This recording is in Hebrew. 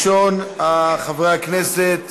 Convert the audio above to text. מס' 2132, 2134,